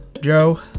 Joe